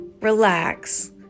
relax